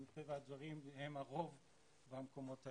שמטבע הדברים הם הרוב במקומות האלה.